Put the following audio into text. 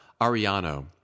Ariano